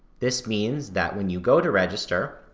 this means that when you go to register,